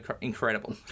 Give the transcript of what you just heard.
incredible